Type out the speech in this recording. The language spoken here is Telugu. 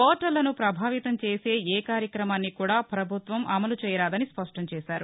ఓటర్లను పభావితం చేసే ఏ కార్యక్రమాన్ని కూడా ప్రభుత్వం అమలు చేయరాదని స్పష్టం చేశారు